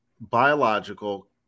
biological